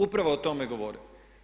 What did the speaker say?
Upravo o tome govorim.